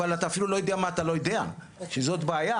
אבל אתה אפילו לא יודע מה אתה לא יודע שזאת בעיה,